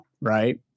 right